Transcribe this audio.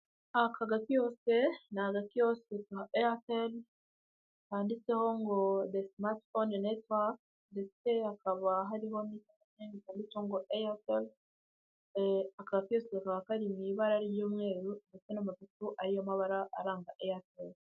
Aka gakiyosike, ni agakiyosije ka eyateli kanditseho ngo de simati fone netiwake ndetse hakaba hariho imirongo ya eyateli, aka gakiyosike kakaba kari mu ibara ry'umweru ndetse n'amasiku ariyo mabara aranga eyateli.